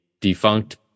defunct